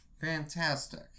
Fantastic